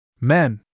Men